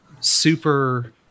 super